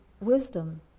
wisdom